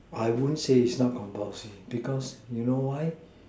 I won't say it's not compulsory because you know why